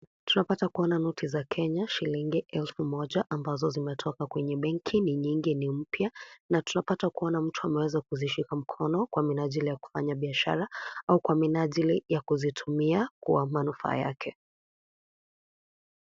Tunapata kuona noti za kenya shilingi elfu moja ambazo zimetoka kwenye benki. Ni nyingi ni mpya pia. Na tunapata kuona mtu ameweza kuzishika mikono kwa minajili ya kufanya biashara au kwa minajili ya kuzitumia kwa manufaa yake.